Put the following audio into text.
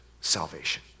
salvation